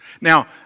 Now